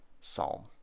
psalm